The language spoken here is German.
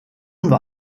war